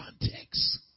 context